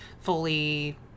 fully